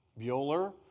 Bueller